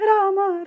Rama